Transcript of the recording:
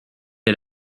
est